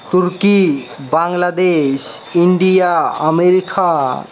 turkey Bangladesh India America